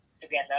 together